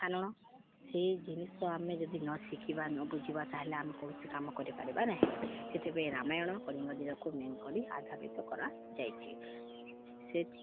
କାରଣ ସେଇ ଜିନିଷ ଆମେ ଯଦି ନ ଶିଖିବା ନ ବୁଝିବା ତାହେଲେ ଆମେ କୌଣସି କାମ କରିପାରିବା ନାହିଁ ସେଥିପାଇଁ ରାମାୟଣ କଳିଙ୍ଗ କୁ ମେମ୍ କରି ଆଧାରିତ କରାଯାଇଛି ସେ